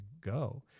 go